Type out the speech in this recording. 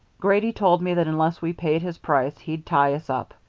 grady told me that unless we paid his price he'd tie us up.